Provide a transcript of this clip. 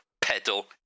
pedal